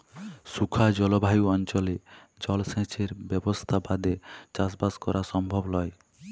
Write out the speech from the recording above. শুখা জলভায়ু অনচলে জলসেঁচের ব্যবসথা বাদে চাসবাস করা সমভব লয়